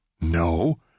No